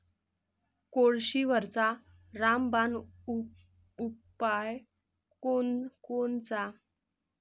कोळशीवरचा रामबान उपाव कोनचा?